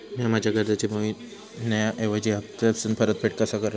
म्या माझ्या कर्जाची मैहिना ऐवजी हप्तासून परतफेड करत आसा